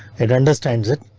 it understands it.